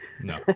No